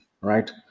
right